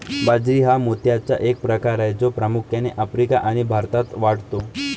बाजरी हा मोत्याचा एक प्रकार आहे जो प्रामुख्याने आफ्रिका आणि भारतात वाढतो